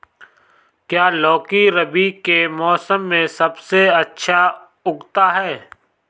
क्या लौकी रबी के मौसम में सबसे अच्छा उगता है?